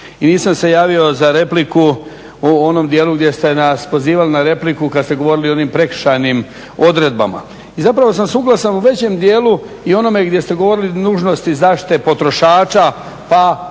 i nisam se javio za repliku u onom dijelu gdje ste nas pozivali na repliku kad ste govorili o onim prekršajnim odredbama. I zapravo sam suglasan u većem dijelu i onome gdje ste govorili o nužnosti zaštite potrošača pa i